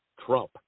Trump